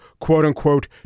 quote-unquote